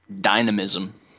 Dynamism